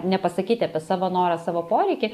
nepasakyti apie savo norą savo poreikį